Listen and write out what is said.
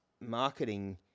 marketing